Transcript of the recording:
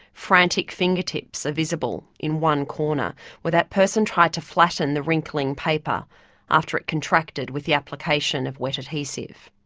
frantic fingertips are visible in one corner where that person tried to flatten the wrinkling paper after it contracted with the application of wet adhesive.